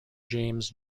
james